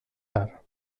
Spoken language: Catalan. tard